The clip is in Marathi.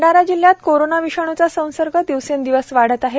भंडारा जिल्ह्यात कोरोना विषाणूचा संसर्ग दिवसेंदिवस वाढत आहे